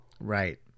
right